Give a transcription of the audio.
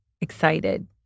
excited